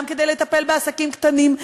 גם כדי לטפל בעסקים קטנים,